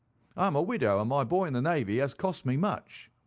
i am a widow, and my boy in the navy has cost me much.